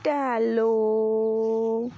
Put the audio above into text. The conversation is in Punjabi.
ਟੈਲੋ